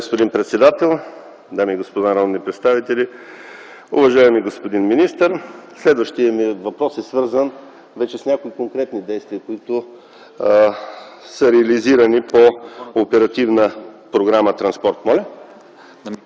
Уважаеми господин председател, дами и господа народни представители, уважаеми господин министър! Следващият ми въпрос е свързан вече с някои конкретни действия, които са реализирани по оперативна програма „Транспорт”.